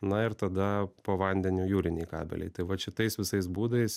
na ir tada po vandeniu jūriniai kabeliai tai vat šitais visais būdais